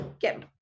get